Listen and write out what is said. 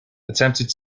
attempted